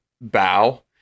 bow